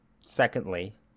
Secondly